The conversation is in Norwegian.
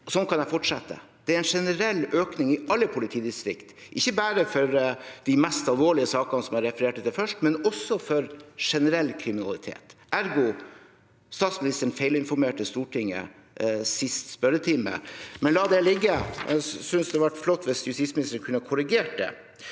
sånn kan jeg fortsette. Det er en generell økning i alle politidistrikter, ikke bare for de mest alvorlige sakene som jeg refererte til først, men også for generell kriminalitet. Ergo feilinformerte statsministeren Stortinget sist spørretime. Men la det ligge. Jeg synes det hadde vært flott hvis justisministeren kunne ha korrigert det.